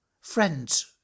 Friends